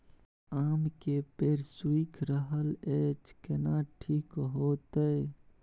आम के पेड़ सुइख रहल एछ केना ठीक होतय?